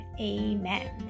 amen